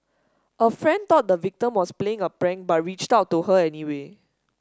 a friend dot the victim was playing a prank by reached out to her anyway